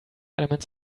elements